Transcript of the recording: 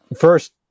First